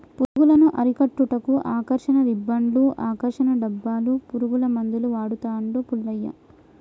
పురుగులను అరికట్టుటకు ఆకర్షణ రిబ్బన్డ్స్ను, ఆకర్షణ డబ్బాలు, పురుగుల మందులు వాడుతాండు పుల్లయ్య